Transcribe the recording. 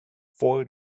four